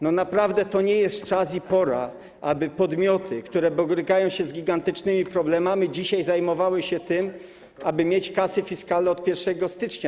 Naprawdę to nie jest czas i pora, aby podmioty, które borykają się z gigantycznymi problemami, dzisiaj zajmowały się tym, aby mieć kasę fiskalną od 1 stycznia.